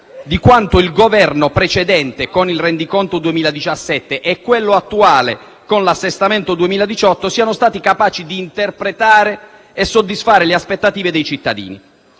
di quanto il Governo precedente - per il rendiconto 2017 - e quello attuale - per l'assestamento 2018 - siano stati capaci di interpretare e soddisfare le aspettative dei cittadini.